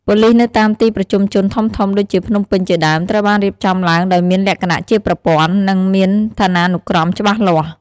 ប៉ូលិសនៅតាមទីប្រជុំជនធំៗដូចជាភ្នំពេញជាដើម ត្រូវបានរៀបចំឡើងដោយមានលក្ខណៈជាប្រព័ន្ធ និងមានឋានានុក្រមច្បាស់លាស់។